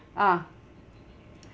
ah